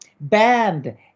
band